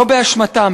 לא באשמתם,